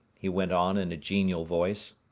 he went on in a genial voice,